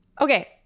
Okay